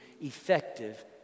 effective